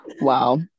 Wow